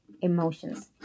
emotions